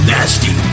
Nasty